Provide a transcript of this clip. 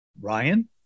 Ryan